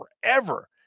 forever